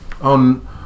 on